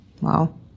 Wow